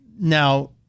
now